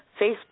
Facebook